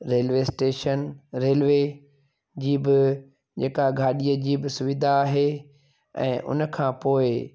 railway station railway जी बि जेका गाॾीअ जी बि सुविधा आहे ऐं हुनखां पोइ